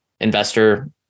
investor